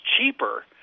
cheaper